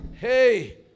Hey